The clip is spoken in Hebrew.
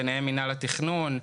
וביניהם מנהל התכנון,